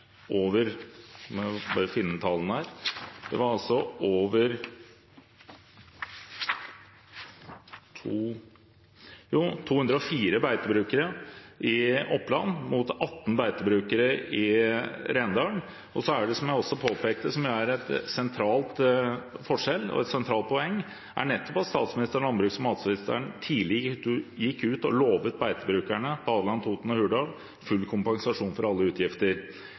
204 beitebrukere i Oppland, mot 18 beitebrukere i Rendalen. Og så er det det jeg også påpekte, som er en sentral forskjell og et sentralt poeng, at statsministeren og landbruks- og matministeren tidlig gikk ut og lovte beitebrukerne på Hadeland, Toten og Hurdal full kompensasjon for alle utgifter.